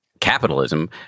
capitalism